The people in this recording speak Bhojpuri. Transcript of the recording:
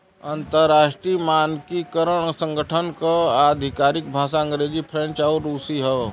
अंतर्राष्ट्रीय मानकीकरण संगठन क आधिकारिक भाषा अंग्रेजी फ्रेंच आउर रुसी हौ